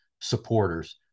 supporters